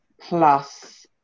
plus